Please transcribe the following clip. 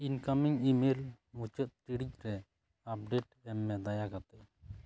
incoming email ᱢᱩᱪᱟᱹᱫ ᱴᱤᱲᱤᱡᱨᱮ update ᱮᱢ ᱢᱮ ᱫᱟᱭᱟ ᱠᱟᱛᱮ